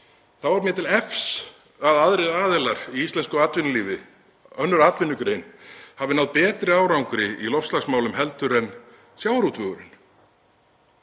frumvarpsins, eða aðrir aðilar í íslensku atvinnulífi, önnur atvinnugrein, hafi náð betri árangri í loftslagsmálum heldur en sjávarútvegurinn.